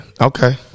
Okay